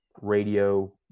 radio